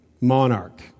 monarch